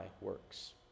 works